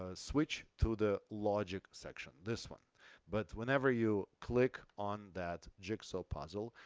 ah switch to the logic section this one but whenever you click on that jigsaw puzzle,